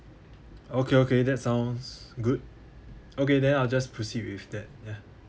okay okay that sounds good okay then I'll just proceed with that ya